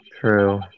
True